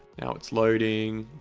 now it's loading.